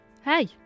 Hey